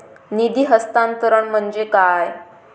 निधी हस्तांतरण म्हणजे काय?